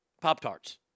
Pop-tarts